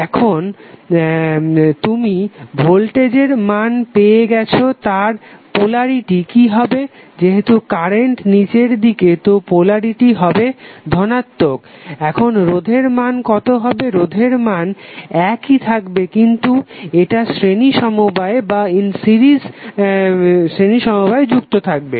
এখন তুমি ভোল্টেজের মান পেয়ে গেছো তার পোলারিটি কি হবে যেহেতু কারেন্ট নিচের দিকে তো পোলারিটি হবে ধনাত্মক এখন রোধের মান কতো হবে রোধের মান একই থাকবে কিন্তু এত শ্রেণী সমবায়ে থাকবে